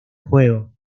juego